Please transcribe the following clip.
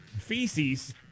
feces